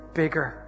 bigger